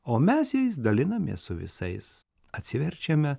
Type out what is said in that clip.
o mes jais dalinamės su visais atsiverčiame